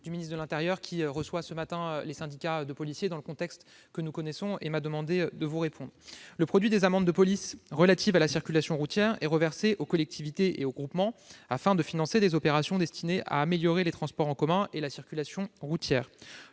du ministre de l'intérieur, qui reçoit ce matin les représentants des syndicats de policiers, dans le contexte que nous connaissons. Il m'a demandé de vous répondre à sa place. Le produit des amendes de police relatives à la circulation routière est reversé aux collectivités territoriales et aux groupements afin de financer des opérations destinées à améliorer les transports en commun et la circulation routière.